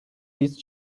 these